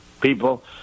people